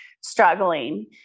Struggling